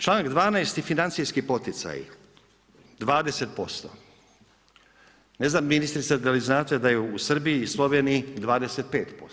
Članak 12. financijski poticaji 20%, ne znam ministrice dali znate da je u Srbiji i Sloveniji 25%